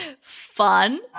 fun